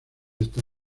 esta